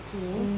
okay